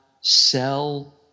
sell